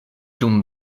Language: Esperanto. dum